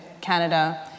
Canada